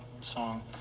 song